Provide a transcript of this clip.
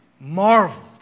marveled